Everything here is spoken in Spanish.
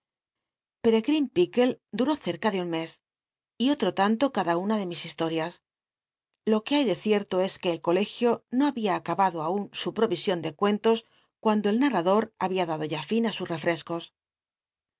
picl c duró cerca de un mes y otro tanto cada una de mis historias lo que hay de cierto es que el colegio no había acabado aun su provision de cucntos cuando el narrador había dado ya fin á sus rcfcescos